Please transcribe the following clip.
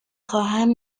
خواهم